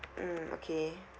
mm okay